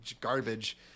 Garbage